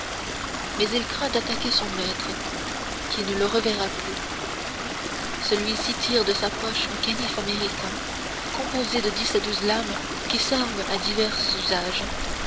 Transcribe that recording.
mais il craint d'attaquer son maître qui ne le reverra plus celui-ci tire de sa poche un canif américain composé de dix à douze lames qui servent à divers usages